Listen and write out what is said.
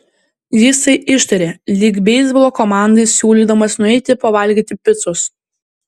jis tai ištarė lyg beisbolo komandai siūlydamas nueiti pavalgyti picos